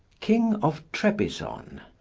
king of trebizon.